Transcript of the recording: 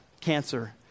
cancer